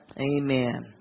Amen